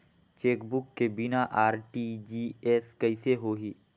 Chequebook के बिना RTGS कइसे होही?